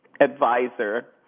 Advisor